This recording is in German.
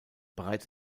bereits